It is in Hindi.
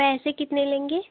पैसे कितने लेंगे